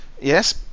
Yes